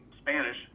Spanish